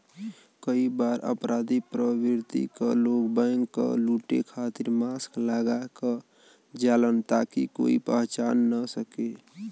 कई बार अपराधी प्रवृत्ति क लोग बैंक क लुटे खातिर मास्क लगा क जालन ताकि कोई पहचान न सके